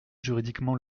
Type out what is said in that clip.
juridiquement